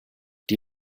die